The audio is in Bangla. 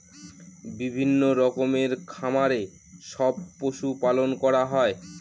বিভিন্ন রকমের খামারে সব পশু পালন করা হয়